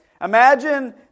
Imagine